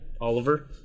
Oliver